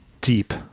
deep